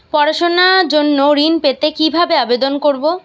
পড়াশুনা জন্য ঋণ পেতে কিভাবে আবেদন করব?